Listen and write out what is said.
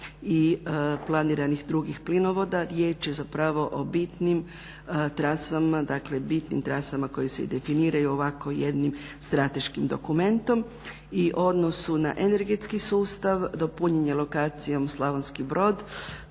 i planiranih drugih plinovoda. Riječ je o bitnim trasama koje se i definiraju ovako jednim strateškim dokumentom. I odnosu na energetski sustav dopunjen je lokacijom Slavonski Brod